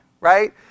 right